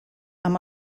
amb